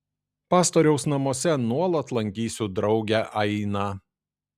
pastoriaus namuose nuolat lankysiu draugę ainą